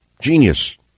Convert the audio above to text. Genius